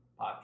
Podcast